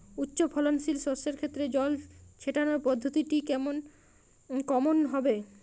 উচ্চফলনশীল শস্যের ক্ষেত্রে জল ছেটানোর পদ্ধতিটি কমন হবে?